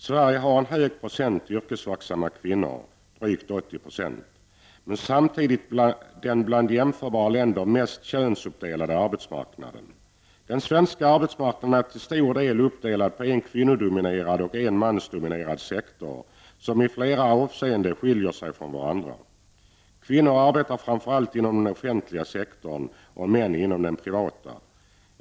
Sverige har en hög procent yrkesverksamma kvinnor, drygt 80 %, samtidigt som man har den bland jämförbara länder mest könsuppdelade arbetsmarknaden. Den svenska arbetsmarknaden är till stor del uppdelad på en kvinnodominerad och en mansdominerad sektor, sektorer som i flera avseenden skiljer sig från varandra. Kvinnor arbetar framför allt inom den offentliga sektorn och män inom den privata sektorn.